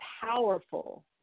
powerful